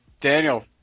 Daniel